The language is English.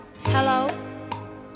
hello